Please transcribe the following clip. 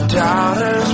daughters